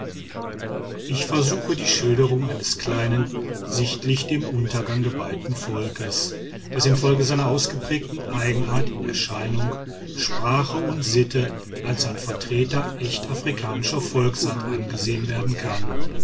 ich versuche die schilderung eines kleinen sichtlich dem untergang geweihten volkes das infolge seiner ausgeprägten eigenart in erscheinung sprache und sitten als ein vertreter echt afrikanischer volksart angesehen werden kann